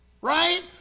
Right